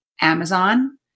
Amazon